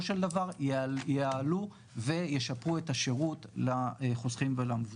של דבר יעלו וישפרו את השירות לחוסכים ולמבוטחים.